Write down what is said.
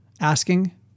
Asking